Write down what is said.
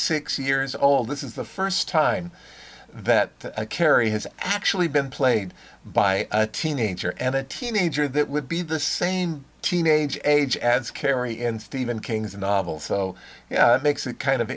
six years old this is the first time that carrie has actually been played by a teenager and a teenager that would be the same teenage age as carrie and stephen king's novel so makes it kind of